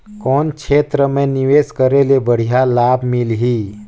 कौन क्षेत्र मे निवेश करे ले बढ़िया लाभ मिलही?